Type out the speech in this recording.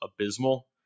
abysmal